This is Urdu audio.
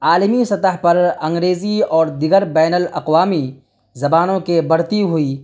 عالمی سطح پر انگریزی اور دیگر بین الاقوامی زبانوں کے بڑھتی ہوئی